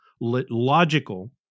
logical